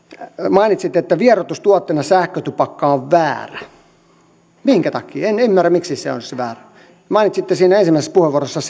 mainitsit että vieroitustuotteena sähkötupakka on väärä minkä takia en en ymmärrä miksi se olisi väärä mainitsitte siinä ensimmäisessä puheenvuorossanne